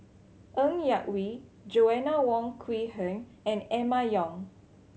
Ng Yak Whee Joanna Wong Quee Heng and Emma Yong